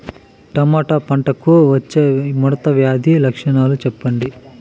Tomato పంటకు వచ్చే ముడత వ్యాధి లక్షణాలు చెప్పండి?